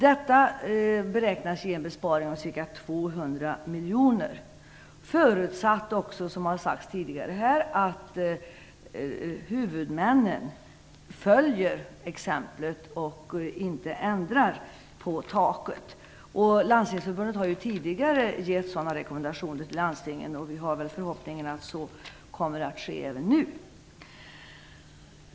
Detta beräknas ge en besparing om ca 200 miljoner kronor, förutsatt - som har sagts tidigare - att huvudmännen följer exemplet och inte ändrar på taket. Landstingsförbundet har tidigare gett sådana rekommendationer till landstingen. Vi har väl förhoppningen att så kommer att ske även nu.